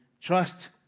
Trust